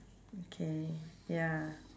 okay ya